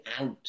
out